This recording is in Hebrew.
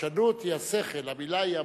הפרשנות היא השכל, המלה היא "המוח".